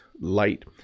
light